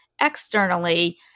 externally